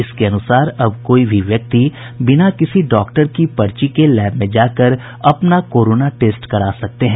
इसके अनुसार अब कोई भी व्यक्ति बिना किसी डॉक्टर की पर्ची के लैब में जाकर अपना कोरोना टेस्ट करा सकता है